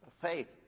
Faith